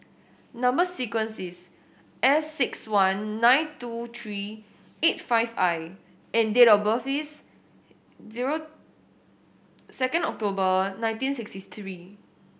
number sequence is S six one nine two three eight five I and date of birth is zero second October nineteen sixty three